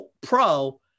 Pro